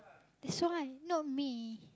that's why not me